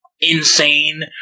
insane